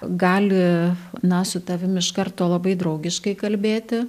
gali na su tavim iš karto labai draugiškai kalbėti